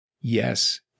Yes